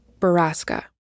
Baraska